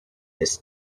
this